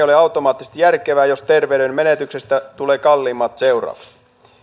ole automaattisesti järkevää jos terveyden menetyksestä tulee kalliimmat seuraukset